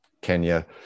Kenya